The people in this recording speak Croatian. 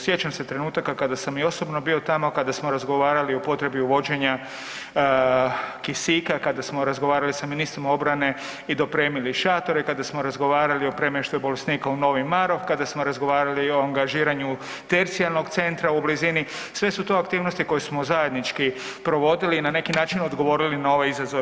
Sjećam se trenutaka kada sam i osobno bio tamo, kada smo razgovarali o potrebi uvođenja kisika, kada smo razgovarali s ministrom obrane i dopremili šatore, kada smo razgovarali o premještaju bolesnika u Novi Marof, kada smo razgovarali o angažiranju tercijalnog centra u blizini, sve su to aktivnosti koje smo zajednički provodili i na neki način odgovorili na ove izazove.